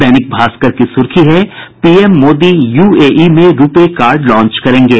दैनिक भास्कर की सुर्खी है पीएम मोदी यूएई में रूपे कार्ड लाँच करेंगे